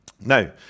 Now